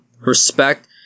respect